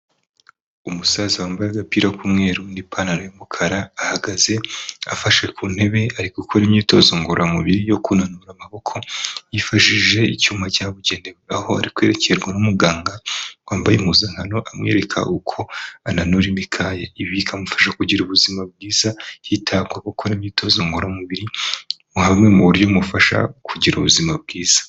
Umusaza wambaye agapira k'umweru n'ipantaro y' umukara ahagaze afashe ku ntebe ari gukora imyitozo ngororamubiri yo kunanura amaboko yifashishije icyuma cyabugenewe, aho ari kwerekerwa n'umuganga wambaye impuzankano amwereka uko ananura imikaya, ibi bikamufasha kugira ubuzima bwiza hitabwa gukora imyitozo ngororamubiri nka bumwe mu buryo bumufasha kugira ubuzima bwiza.